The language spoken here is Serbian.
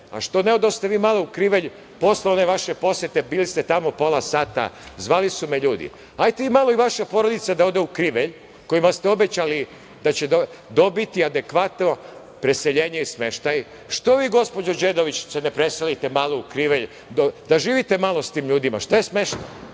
Što ne odoste vi malo u Krivelj posle one vaše posete? Bili ste tamo pola sata, zvali su me ljudi. Hajdete vi i vaša porodica da odete u Krivelj, a kojima ste obećali da će dobiti adekvatno preseljenje i smeštaj.Zašto se vi, gospođo Đedović, ne preselite malo u Krivelj, da živite malo sa tim ljudima? Šta je smešno?